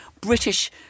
British